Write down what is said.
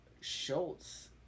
Schultz